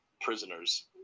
prisoners